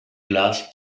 glass